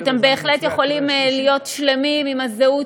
אתם בהחלט יכולים להיות שלמים עם הזהות